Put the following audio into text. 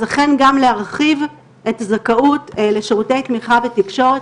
אז לכן גם להרחיב את הזכאות לשירות תמיכה בתקשורת,